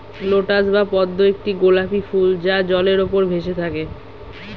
lotus বা পদ্ম একটি গোলাপী ফুল যা জলের উপর ভেসে থাকে